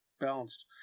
balanced